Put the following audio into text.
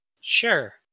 Sure